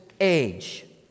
age